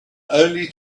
only